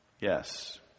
Yes